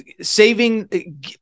saving